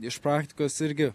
iš praktikos irgi